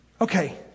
Okay